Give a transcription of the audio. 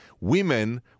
Women